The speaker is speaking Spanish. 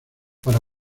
para